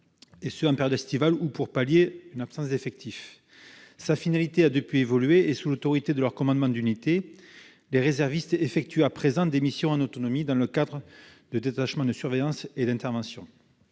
en période estivale ou de pallier une absence d'effectifs. Sa finalité a depuis évolué et, sous l'autorité de leur commandant d'unité, les réservistes effectuent à présent des missions en autonomie dans le cadre d'un détachement de surveillance et d'intervention.